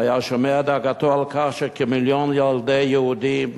היה שומע דאגתו על כך שכמיליון ילדי יהודים